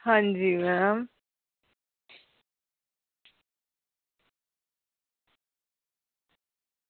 हां जी मैम